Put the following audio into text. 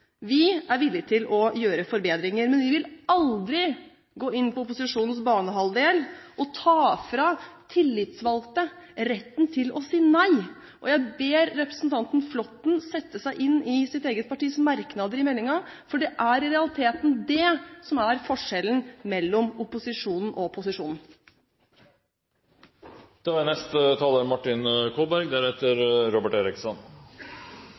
Vi er villige til å gjøre forbedringer. Men vi vil aldri gå inn på opposisjonens banehalvdel og ta fra tillitsvalgte retten til å si nei. Jeg ber representanten Flåtten sette seg inn i sitt eget partis merknader til meldingen, for det er i realiteten det som er forskjellen mellom opposisjonen og posisjonen.